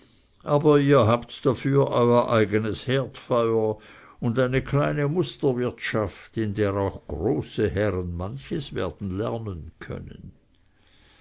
aber ihr habt dafür euer eigenes herdfeuer und eine kleine musterwirtschaft in der auch große herren manches werden lernen können